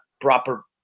proper